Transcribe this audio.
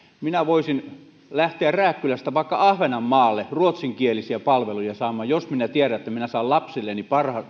minä voisin lähteä rääkkylästä vaikka ahvenanmaalle ruotsinkielisiä palveluja saamaan jos tiedän että minä saan lapsilleni